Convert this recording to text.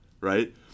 Right